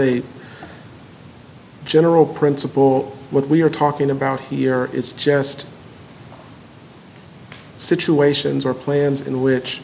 a general principle what we're talking about here is just situations or plans in which